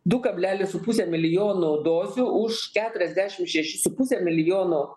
du kablelis su puse milijono dozių už keturiasdešim šešis su puse milijono